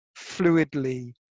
fluidly